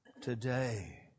Today